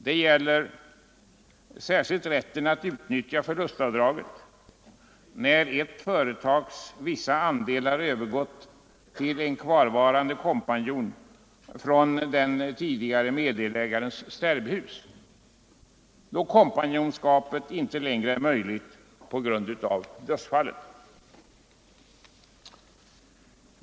Det gäller rätten att utnyttja förlustavdrag när vissa andelar i ett företag övergått till den kvarvarande kompanjonen från den tidigare meddelägarens stärbhus då kompanjonskapet inte längre är möjligt på grund av dödsfall.